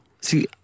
See